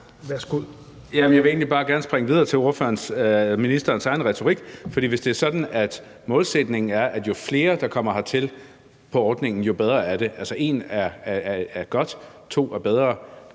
Jeg vil egentlig bare gerne springe videre til ministerens egen retorik, for hvis det er sådan, at målsætningen er, at jo flere der kommer hertil på ordningen, jo bedre er det, altså at 1 er godt, 2 er bedre,